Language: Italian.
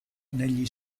negli